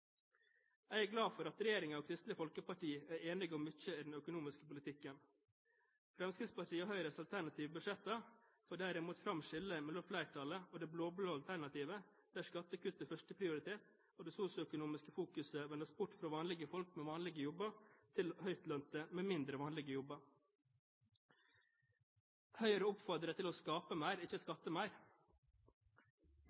Jeg er glad for at regjeringen og Kristelig Folkeparti er enige om mye i den økonomiske politikken. Fremskrittspartiets og Høyres alternative budsjetter får derimot fram skillet mellom flertallet og det blå-blå alternativet, der skattekutt er førsteprioritet, og der det sosioøkonomiske fokuset vendes bort fra vanlige folk med vanlige jobber til høytlønte med mindre vanlige jobber. Høyre oppfordrer til å «skape mer, ikke